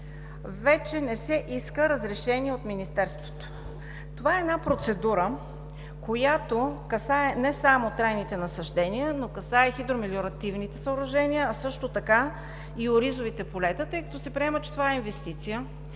вече не се иска разрешение от Министерството. Това е една процедура, която касае не само трайните насаждения, но касае хидромелиоративните съоръжения, а също така и оризовите полета. Тъй като се приема, че това е инвестиция,